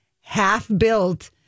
half-built